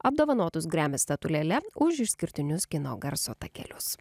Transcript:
apdovanotus grammy statulėle už išskirtinius kino garso takelius